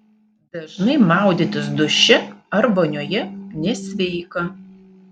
dažnai maudytis duše ar vonioje nesveika